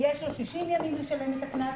יש לו 60 ימים לשלם את הקנס.